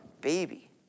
baby